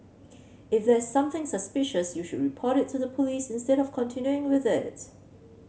if there's something suspicious you should report it to the police instead of continuing with it